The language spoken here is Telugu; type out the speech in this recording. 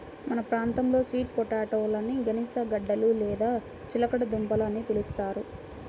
మన ప్రాంతంలో స్వీట్ పొటాటోలని గనిసగడ్డలు లేదా చిలకడ దుంపలు అని పిలుస్తారు